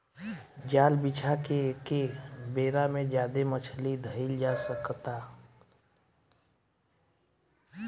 जाल बिछा के एके बेरा में ज्यादे मछली धईल जा सकता